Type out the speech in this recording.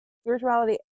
spirituality